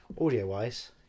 Audio-wise